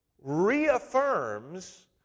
reaffirms